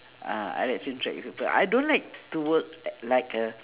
uh I like to interact with people I don't like to work a~ like a